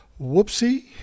Whoopsie